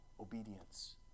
Obedience